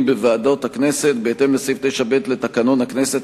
בוועדות הכנסת בהתאם לסעיף 9ב לתקנון הכנסת,